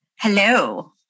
Hello